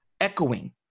echoing